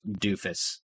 doofus